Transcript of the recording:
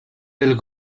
del